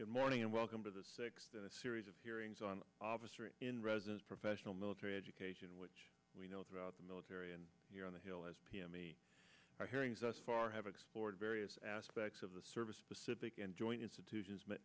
good morning and welcome to the sixth in a series of hearings on officer in residence professional military education which we know throughout the military and here on the hill as pm me hearings us far have explored various aspects of the service specific and joint institutions